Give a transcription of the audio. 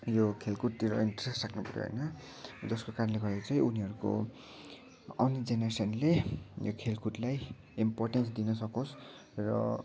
यो खेलकुदतिर इन्ट्रेस्ट राख्नु पऱ्यो होइन जसको कारणले गर्दा चाहिँ उनीहरूको आउने जेनेरेसनले यो खेलकुदलाई इम्पोर्टेन्स दिन सकोस् र